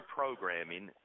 programming